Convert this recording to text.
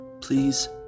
Please